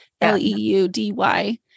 L-E-U-D-Y